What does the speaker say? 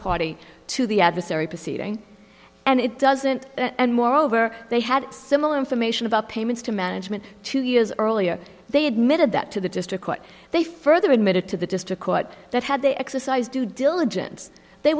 party to the adversary proceeding and it doesn't and moreover they had similar information about payments to management two years earlier they admitted that to the district court they further admitted to the district court that had they exercise due diligence they